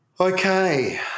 Okay